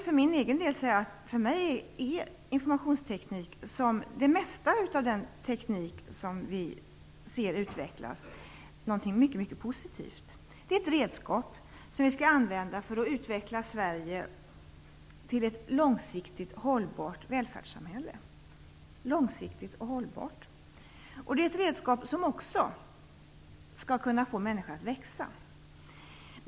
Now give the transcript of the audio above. För min egen del vill jag säga att jag ser informationsteknik, liksom det mesta av den teknik som utvecklas, som något mycket positivt. IT är ett redskap som vi skall använda för att utveckla Sverige till ett långsiktigt hållbart välfärdssamhälle. Det är ett redskap som också skall få människor att växa.